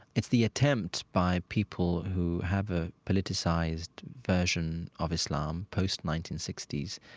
it's the attempt by people who have a politicized version of islam, post nineteen sixty s,